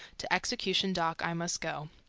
to execution dock i must go,